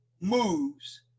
moves